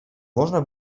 można